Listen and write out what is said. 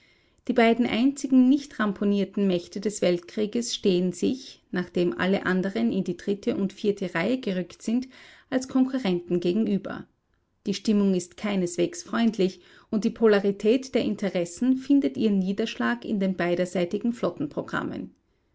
die beiden einzigen nicht ramponierten mächte des weltkrieges stehen sich nachdem alle anderen in die dritte und vierte reihe gerückt sind als konkurrenten gegenüber die stimmung ist keineswegs freundlich und die polarität der interessen findet ihren niederschlag in den beiderseitigen